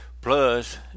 plus